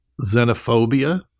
xenophobia